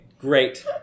great